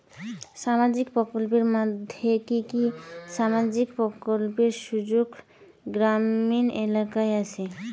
সামাজিক প্রকল্পের মধ্যে কি কি সামাজিক প্রকল্পের সুযোগ গ্রামীণ এলাকায় আসে?